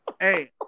Hey